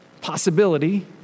possibility